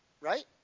Right